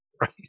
Right